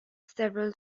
several